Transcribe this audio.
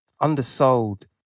undersold